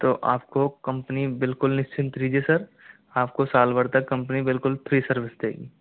तो आप को कम्पनी बिल्कुल निश्चिंत रहिए सर आप को साल भर तक कम्पनी बिलकुल फ्री सर्विस देगी